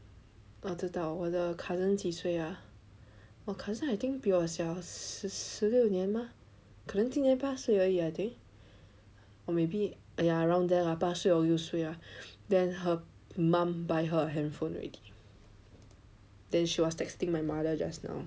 我知道我的 cousin 几岁啊我 ah cousin I think 比我小十六年吗可能今年八岁而已 I think or maybe !aiya! around there lah 八岁 or 六岁 lah then her mum buy her a handphone already then she was texting my mother just now